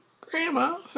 Grandma